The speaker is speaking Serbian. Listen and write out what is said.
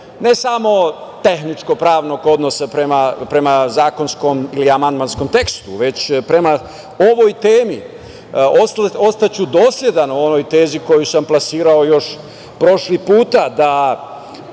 ne samo tehničko-pravnog odnosa prema zakonskom ili amandmanskom tekstu, već prema ovoj temi. Ostaću dosledan onoj tezi koju sam plasirao još prošli put,